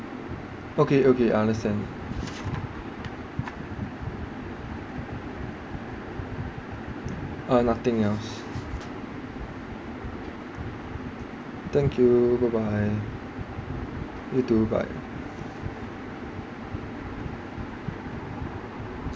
okay okay I understand uh nothing else thank you bye bye you too bye